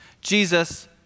Jesus